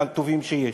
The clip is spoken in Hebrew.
מהטובים שיש,